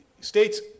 States